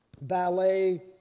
ballet